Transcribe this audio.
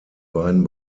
beiden